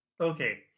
Okay